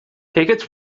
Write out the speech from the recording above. tickets